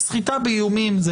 סחיטה באיומים,